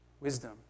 wisdom